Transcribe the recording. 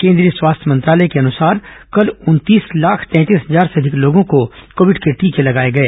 केंद्रीय स्वास्थ्य मंत्रालय के अनुसार कल उनतीस लाख तैंतीस हजार से अधिक लोगों को कोविड के टीके लगाये गए